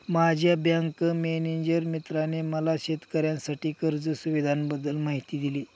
माझ्या bank manager मित्राने मला शेतकऱ्यांसाठी कर्ज सुविधांबद्दल माहिती दिली